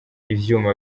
ivyuma